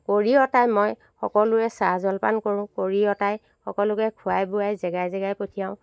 কৰি অতাই মই সকলোৰে চাহ জলপান কৰো কৰি অতাই সকলোকে খোৱাই বোৱাই জেগাই জেগাই পঠিয়াও